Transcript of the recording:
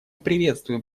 приветствуем